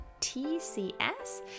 TCS